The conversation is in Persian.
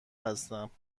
هستم